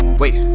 wait